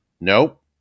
Nope